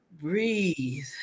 breathe